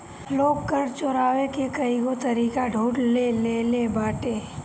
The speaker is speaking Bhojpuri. लोग कर चोरावे के कईगो तरीका ढूंढ ले लेले बाटे